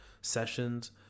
sessions